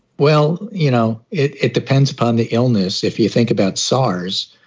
well, you know, it it depends upon the illness. if you think about saas.